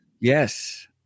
Yes